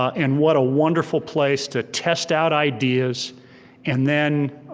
and what a wonderful place to test out ideas and then